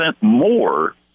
more